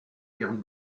ihren